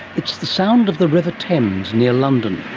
it's the sound of the river thames near london.